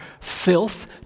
filth